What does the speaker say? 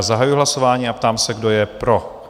Zahajuji hlasování a ptám se, kdo je pro?